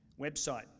website